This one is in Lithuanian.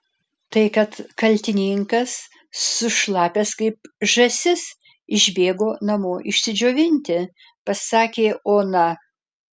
tai kad kaltininkas sušlapęs kaip žąsis išbėgo namo išsidžiovinti pasakė ona